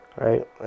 Right